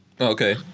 Okay